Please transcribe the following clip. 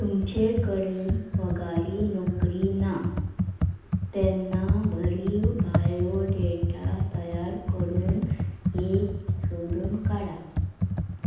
तुमचे कडेन पगारी नोकरी ना तेन्ना बरी बायोडेटा तयार करून एक सोदून काडा